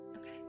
Okay